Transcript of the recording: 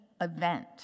event